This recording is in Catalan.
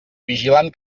vigilant